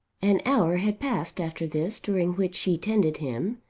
an hour had passed after this during which she tended him,